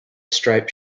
striped